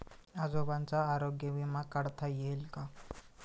आजोबांचा आरोग्य विमा काढता येईल का?